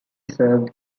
served